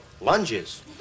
lunges